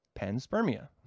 panspermia